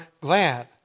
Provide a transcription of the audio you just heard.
glad